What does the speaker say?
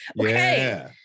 okay